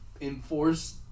enforce